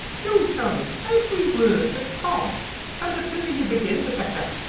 you'll tell me every word that passed, and the sooner you begin, the better.